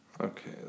Okay